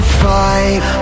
fight